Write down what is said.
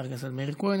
חבר הכנסת מאיר כהן,